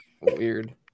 weird